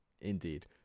Indeed